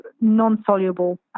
non-soluble